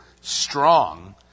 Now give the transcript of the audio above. strong